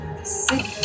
Sick